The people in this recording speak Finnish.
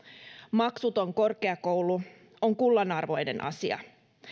maksuton korkeakoulu on kullanarvoinen asia